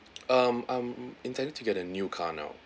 um I'm intend to get a new car now